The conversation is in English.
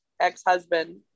ex-husband